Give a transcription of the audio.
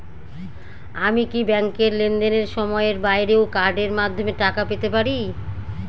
আমি কি ব্যাংকের লেনদেনের সময়ের বাইরেও কার্ডের মাধ্যমে টাকা পেতে পারি?